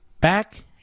Back